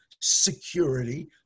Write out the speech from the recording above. security